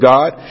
God